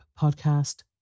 podcast